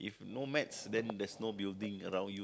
with no maths then there's no building around you